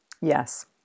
Yes